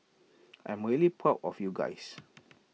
I'm really proud of you guys